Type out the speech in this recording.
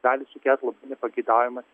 gali sukelt labai nepageidaujamas